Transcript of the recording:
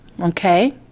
okay